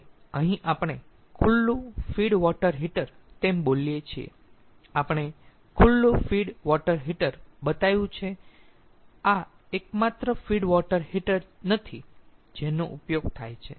હવે અહીં આપણે ખુલ્લું ફીડ વોટર હીટર તેમ બોલીએ છીએ આપણે ખુલ્લું ફીડ વોટર હીટર બતાવ્યું છે આ એકમાત્ર ફીડ વોટર હીટર નથી જેનો ઉપયોગ થાય છે